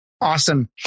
Awesome